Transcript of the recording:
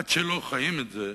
עד שלא חיים את זה,